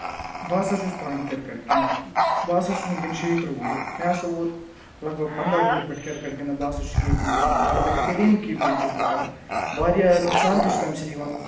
بہٕ ہَسا چھُس پانہٕ کِرکَٹ گِنٛدَان بہٕ ہَسا چھُ وٕنکؠن شیٚیہِ تٕرٛہ وُہُر مےٚ ہَسا ووٚت لَگ بَگ پَنٛداہ وُہرۍ پؠٹھ کِرکَٹ گِنٛدان بہٕ ہَسا چھُس کیٖپرِنٛگ کَرَان بَڑٕ بہتریٖن کیٖپرِنٛگ چھُس بہٕ کَرَان واریاہ نۄقصان تہِ چھُ تَمہِ سۭتۍ یِوَان